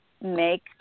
make